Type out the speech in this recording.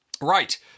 Right